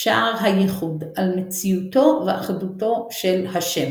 שער הייחוד על מציאותו ואחדותו של ה'.